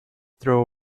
straw